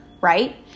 right